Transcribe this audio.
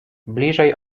bliżej